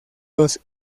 los